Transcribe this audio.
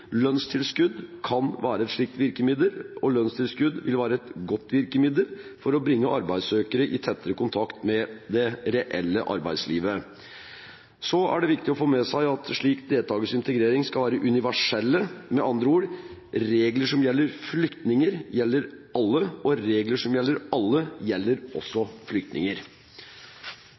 Lønnstilskudd kan være et slikt virkemiddel, og lønnstilskudd vil være et godt virkemiddel for å bringe arbeidssøkere i tettere kontakt med det reelle arbeidslivet. Så er det viktig å få med seg at slik deltakelse i integrering skal være universell. Med andre ord: Regler som gjelder flyktninger, gjelder alle, og regler som gjelder alle, gjelder også flyktninger.